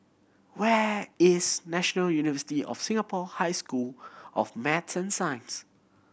where is National University of Singapore High School of Math and Science